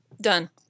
Done